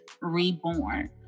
Reborn